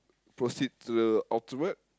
proceed to the ultimate